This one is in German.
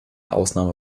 ausnahme